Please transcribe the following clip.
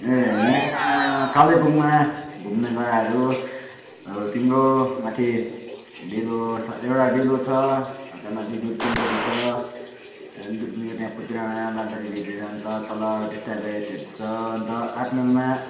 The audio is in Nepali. ए यहाँ कालेबुङमा घुम्ने जग्गाहरू तिम्रो माथि डेलो एउटा डेलो छ अन्त माथि दुर्पिनपट्टि छ दुर्पिनको त्यहाँ पुजे डाँडा बाँदरे भीरहरू अन्त तल टिस्टा हरू छ अन्त आठ माइलमा